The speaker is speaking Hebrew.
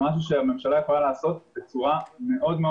זה משהו שהממשלה יכולה לעשות בצורה מאוד מאוד